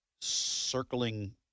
Circling